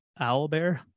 owlbear